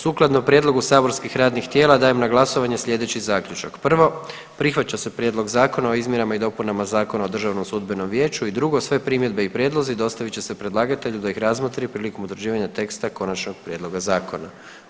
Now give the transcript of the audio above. Sukladno prijedlogu saborskih radnih tijela dajem na glasovanje sljedeći zaključak: 1. Prihvaća se Prijedlog Zakona o izmjenama i dopunama Zakona o Državnom sudbenom vijeću; i 2. Sve primjedbe i prijedlozi dostavit će se predlagatelju da ih razmotri prilikom utvrđivanja teksta konačnog prijedloga zakona.